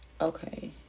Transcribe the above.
Okay